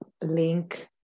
link